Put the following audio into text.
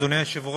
אדוני היושב-ראש,